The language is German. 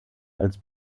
als